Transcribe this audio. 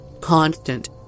constant